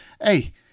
Hey